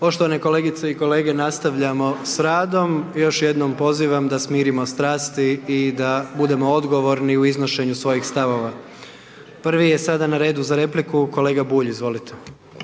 Poštovane kolegice i kolege, nastavljamo s radom, još jednom pozivam da smirimo strasti i da budemo odgovorni u iznošenju svojih stavova. Prvi je sada na redu za repliku kolega Bulj, izvolite.